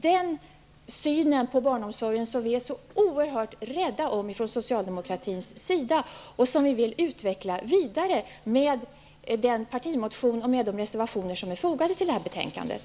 Den synen på barnomsorg är vi från socialdemokratisk sida oerhört rädda om, och den vill vi utveckla vidare genom vår partimotion och de reservationer som är fogade till betänkandet.